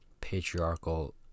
patriarchal